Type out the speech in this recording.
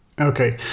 Okay